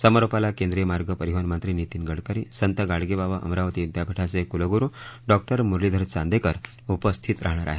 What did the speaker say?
समारोपाला केंद्रीय मार्ग परिवहन मंत्री नितीन गडकरी संत गाडगेबाबा अमरावती विद्यापीठाचे कुलगुरु डॉ मुरलीधर चांदेकर उपस्थित राहणार आहेत